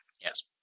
Yes